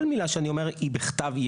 כל מילה שאני אומר היא בכתב,